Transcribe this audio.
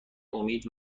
امید